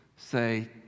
say